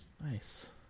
nice